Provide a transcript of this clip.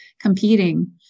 competing